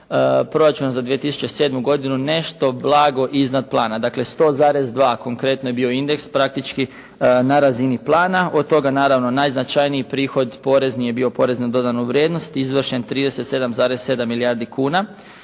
proračuna za 2007. godinu nešto blago iznad plana. Dakle 100,2 konkretno je bio indeks. Praktički na razini plana. Od toga naravno najznačajniji prihod porezni je bio porez na dodanu vrijednost izvršen 37,7 milijardi kuna